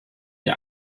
der